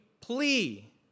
plea